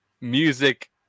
music